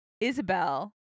Isabel